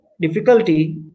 difficulty